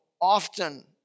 often